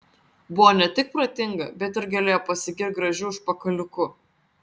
buvo ne tik protinga bet ir galėjo pasigirti gražiu užpakaliuku